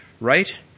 right